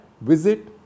visit